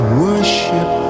worship